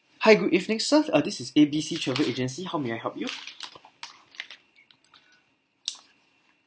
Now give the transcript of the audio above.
hi good evening sir uh this is A B C travel agency how may I help you